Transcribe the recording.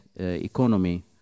economy